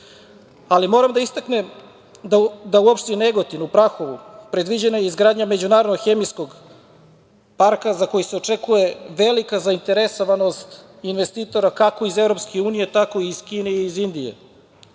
opreme. Moram da istaknem da u opštini Negotin, u Prahovu, predviđena je izgradnja međunarodnog hemijskog parka, za koji se očekuje velika zainteresovanost investitora kako iz Evropske unije, tako i iz Kine i iz Indije.